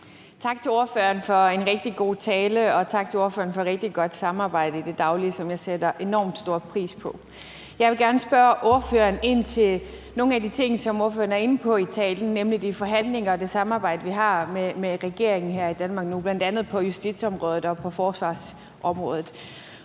Tak til ordføreren for en rigtig god tale, og tak til ordføreren for et rigtig godt samarbejde i det daglige, som jeg sætter enormt stor pris på. Jeg vil gerne spørge ordføreren ind til nogle af de ting, som ordføreren er inde på i talen, nemlig de forhandlinger og det samarbejde, vi har med regeringen her i Danmark nu, bl.a. på justitsområdet og på forsvarsområdet.